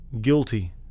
guilty